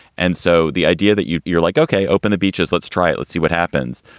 and so the idea that you're you're like, okay, open the beaches, let's try it. let's see what happens.